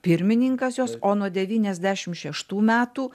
pirmininkas jos o nuo devyniasdešim šeštų metų